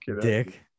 dick